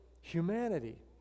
humanity